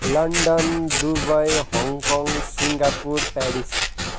London Dubai Hong Kong Singapore Paris